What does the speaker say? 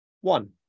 one